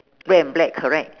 red and black correct